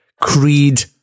Creed